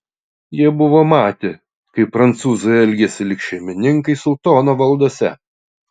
jie buvo matę kaip prancūzai elgiasi lyg šeimininkai sultono valdose